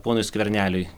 ponui skverneliui